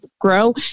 grow